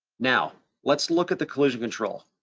now let's look at the collision control,